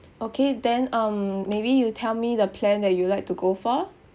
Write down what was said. okay then um maybe you tell me the plan that you would like to go for